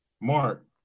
Mark